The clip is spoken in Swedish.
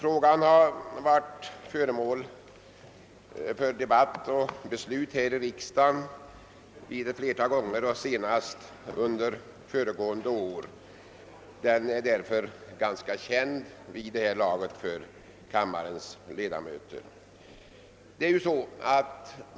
Den har varit föremål för debatt och beslut här i riksdagen ett flertal gånger, senast under föregående år, och är därför vid det här laget ganska bekant för kammarens ledamöter.